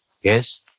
Yes